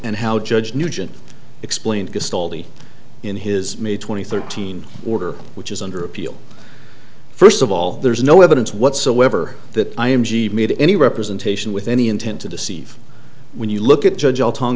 and how judge nugent explained in his may twenty thirteen order which is under appeal first of all there is no evidence whatsoever that i am made any representation with any intent to deceive when you look at judge all tongue